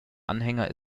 anhänger